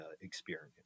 experience